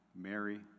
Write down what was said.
Mary